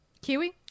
Kiwi